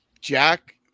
Jack